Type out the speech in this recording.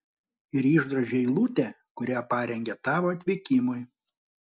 ir išdrožia eilutę kurią parengė tavo atvykimui